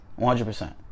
100%